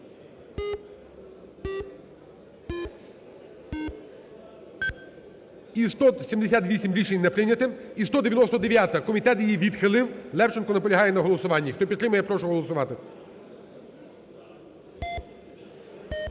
За-78 Рішення не прийняте. І 199-а. Комітет її відхилив. Левченко наполягає на голосуванні. Хто підтримує, я прошу голосувати.